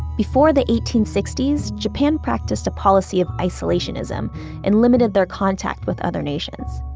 before the eighteen sixty s, japan practiced a policy of isolationism and limited their contact with other nations,